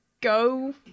Go